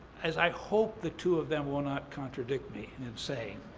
as i hope the two of them will not contradict me in and saying,